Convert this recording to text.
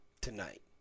tonight